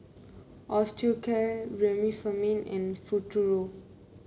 Osteocare Remifemin and Futuro